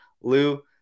Lou